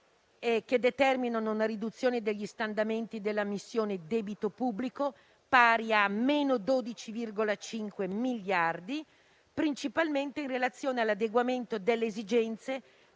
che determina una riduzione degli stanziamenti della missione «Debito pubblico», pari a meno 12,5 miliardi di euro, principalmente in relazione all'adeguamento delle esigenze